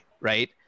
right